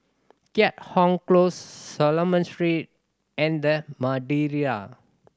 Keat Hong Close Solomon Street and The Madeira